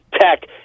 Tech